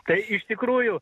tai iš tikrųjų